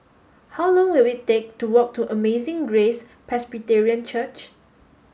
how long will it take to walk to Amazing Grace Presbyterian Church